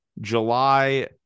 july